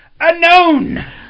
Unknown